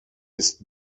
ist